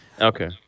Okay